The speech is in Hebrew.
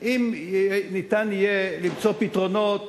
אם ניתן יהיה למצוא פתרונות